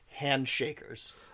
Handshakers